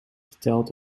verteld